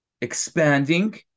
expanding